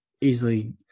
easily